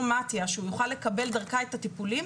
מתי"א שדרכה הוא יוכל לקבל את הטיפולים,